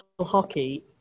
hockey